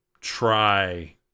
Try